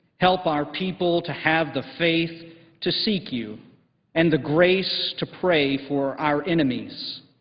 help our people to have the faith to seek you and the grace to pray for our enemies.